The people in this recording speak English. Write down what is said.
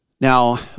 Now